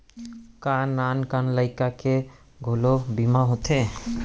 का नान कन लइका के घलो बीमा होथे?